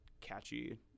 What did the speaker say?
catchy